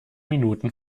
minuten